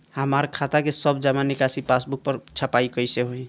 हमार खाता के सब जमा निकासी पासबुक पर छपाई कैसे होई?